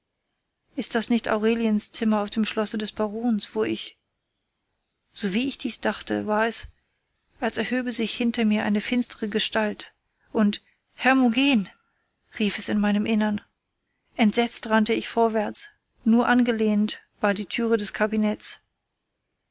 ist das nicht aureliens zimmer auf dem schlosse des barons wo ich sowie ich dies dachte war es als erhöbe sich hinter mir eine finstre gestalt und hermogen rief es in meinem innern entsetzt rannte ich vorwärts nur angelehnt war die türe des kabinetts